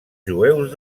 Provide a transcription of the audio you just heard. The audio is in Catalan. jueus